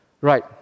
Right